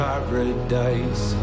Paradise